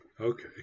Okay